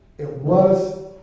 it was.